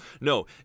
no